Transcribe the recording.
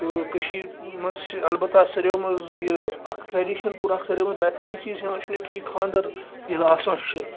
تہٕ کٔشیرِ منٛز چھ اَلبَتہ ساروٕیو منٛز یہِ اَکھ ٹِرٛیٚڈِشَن ساروٕیو منٛز اَکھ بِہتٔرین چیز یِوان وچھنہٕ کہِ یہِ خانٛدَر ییٚلہِ آسان چھُ